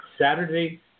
Saturday